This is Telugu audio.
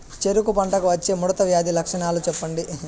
చెరుకు పంటకు వచ్చే ముడత వ్యాధి లక్షణాలు చెప్పండి?